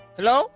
Hello